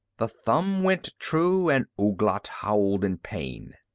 the thumb went true and ouglat howled in pain.